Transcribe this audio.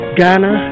Ghana